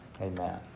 Amen